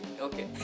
Okay